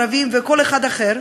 ערבים וכל אחד אחר,